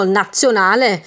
nazionale